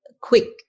quick